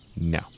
No